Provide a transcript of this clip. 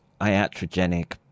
iatrogenic